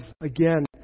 again